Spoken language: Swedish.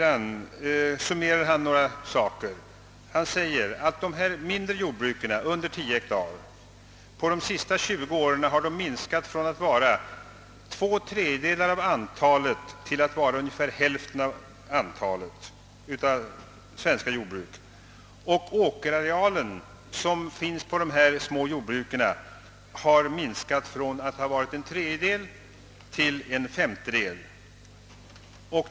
Han sade då att desså mindre jordbruk på under 10 hektar under de sista tjugo åren har minskat i antal från att då utgöra två tredjedelar av det totala antalet till ungefär hälften nu. åkerarealen inom denna storleksklass ' har minskat från en tredjedel av totalarealen till en femtedel.